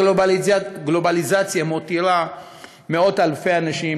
שהגלובליזציה מותירה מאות אלפי אנשים,